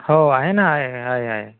हो आहे ना आहे आहे आहे